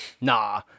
nah